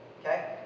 Okay